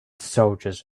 soldiers